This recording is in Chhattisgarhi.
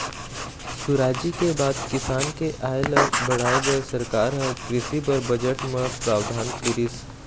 सुराजी के बाद किसान के आय ल बढ़ाय बर सरकार ह कृषि बर बजट म प्रावधान करिस